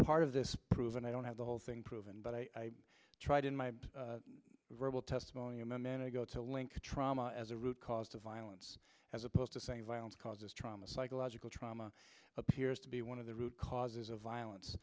part of this proven i don't have the whole thing proven but i tried in my verbal testimony i'm a man i go to link trauma as a root cause to violence as opposed to saying violence causes trauma psychological trauma appears to be one of the root causes of violence